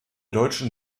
deutschen